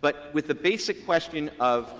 but with the basic question of